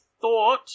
thought